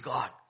God